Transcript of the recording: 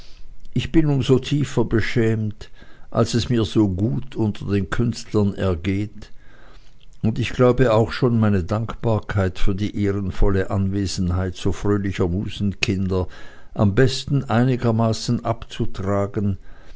ich bin um so tiefer beschämt als es mir so gut unter den künstlern ergeht und ich glaube auch schon meine dankbarkeit für die ehrenvolle anwesenheit so fröhlicher musenkinder am besten einigermaßen abzutragen